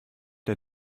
der